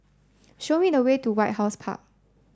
show me the way to White House Park